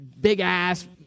big-ass